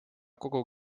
kogu